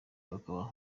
bakaba